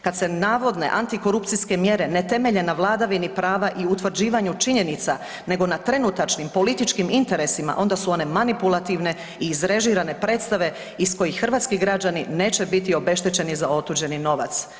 Kad se navodne antikorupcijske mjere ne temelje na vladavini prava i utvrđivanju činjenica nego na trenutačnim političkim interesima onda su one manipulativne i izrežirane predstave iz kojih hrvatski građani neće biti obeštećeni za otuđeni novac